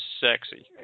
sexy